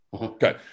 Okay